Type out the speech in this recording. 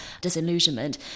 disillusionment